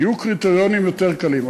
יהיו קריטריונים יותר קלים.